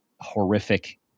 horrific